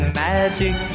magic